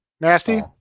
Nasty